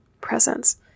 presence